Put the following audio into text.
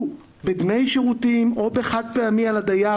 בדמי שירותים או בחד-פעמי על הדייר,